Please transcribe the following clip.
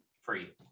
Free